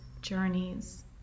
journeys